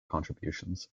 contributions